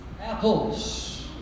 apples